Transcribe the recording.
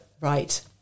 right